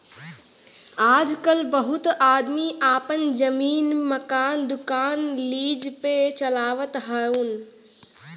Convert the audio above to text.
आजकल बहुत आदमी आपन जमीन, मकान, दुकान लीज पे चलावत हउअन